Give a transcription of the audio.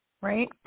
right